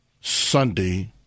Sunday